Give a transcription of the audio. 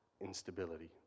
instability